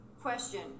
Question